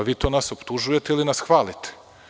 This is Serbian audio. Vi to nas optužujete ili nas hvalite?